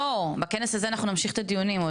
לא, בכנס הזה אנחנו נמשיך את הדיונים?